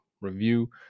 review